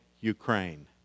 Ukraine